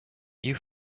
you